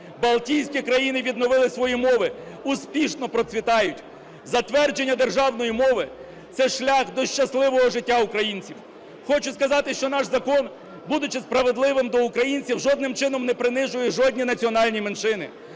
Балтійські країни відновили свої мови, успішно процвітають. Затвердження державної мови – це шлях до щасливого життя українців. Хочу сказати, що наш закон, будучи справедливим до українців, жодним чином не принижує жодні національні меншини,